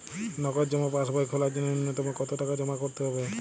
নগদ জমা পাসবই খোলার জন্য নূন্যতম কতো টাকা জমা করতে হবে?